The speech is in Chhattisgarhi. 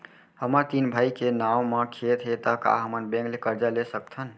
हमर तीन भाई के नाव म खेत हे त का हमन बैंक ले करजा ले सकथन?